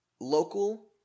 Local